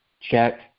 check